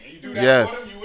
Yes